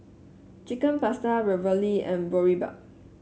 Chicken Pasta Ravioli and Boribap